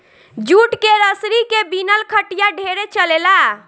jute के रसरी के बिनल खटिया ढेरे चलेला